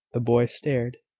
the boy stared.